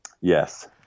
yes